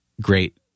great